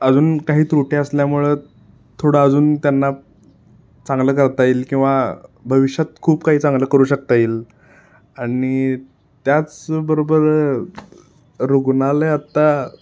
अजून काही त्रुटी असल्यामुळं थोडं अजून त्यांना चांगलं करता येईल किंवा भविष्यात खूप काही चांगलं करू शकता येईल आणि त्याचबरोबर रुग्णालय आत्ता